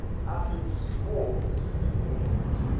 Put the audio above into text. after the squalls and mists,